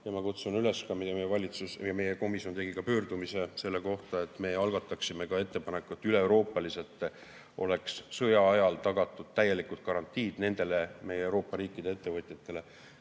Ja ma kutsun üles meie valitsust – meie komisjon tegi ka pöördumise selle kohta –, et me algataksime ka ettepaneku, et üleeuroopaliselt oleks sõja ajal tagatud täielikud garantiid nendele Euroopa riikide ettevõtjatele,